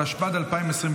התשפ"ד 2024,